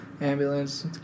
ambulance